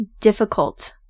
difficult